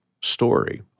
story